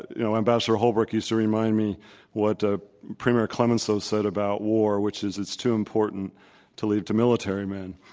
you know, ambassador holbrooke used to remind me what ah premier clemenceau said about war, which is it's too important to leave to military men.